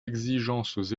exigences